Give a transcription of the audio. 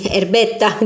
erbetta